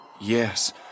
Yes